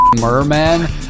merman